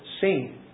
seen